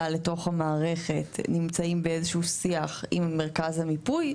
לתוך המערכת נמצאים באיזה שהוא שיח עם מרכז המיפוי,